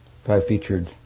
five-featured